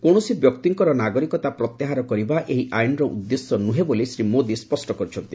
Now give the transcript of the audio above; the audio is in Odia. କୌଣସି ବ୍ୟକ୍ତିଙ୍କର ନାଗରିକତା ପ୍ରତ୍ୟାହାର କରିବା ଏହି ଆଇନ୍ର ଉଦ୍ଦେଶ୍ୟ ନ୍ରହେଁ ବୋଲି ଶ୍ରୀ ମୋଦୀ ସ୍ୱଷ୍ଟ କରିଛନ୍ତି